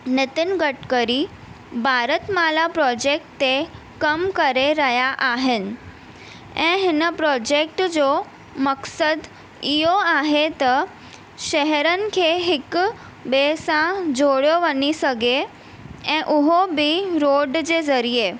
Nitin Gadkari Bharat Mala project ते कमु करे रहिया आहिनि ऐं हिन प्रोजैक्ट जो मक़सदु इहो आहे त शहरनि खे हिक ॿिए सां जोड़ियो वञी सघे ऐं उहो बि रोड जे ज़रिए